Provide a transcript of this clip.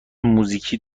موزیکی